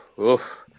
oof